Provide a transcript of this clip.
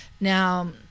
Now